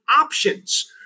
options